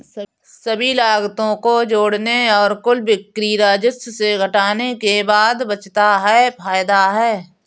सभी लागतों को जोड़ने और कुल बिक्री राजस्व से घटाने के बाद बचता है फायदा है